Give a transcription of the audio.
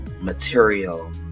material